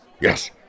Yes